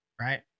right